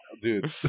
dude